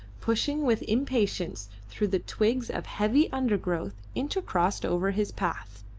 pushing with impatience through the twigs of heavy undergrowth intercrossed over his path.